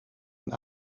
een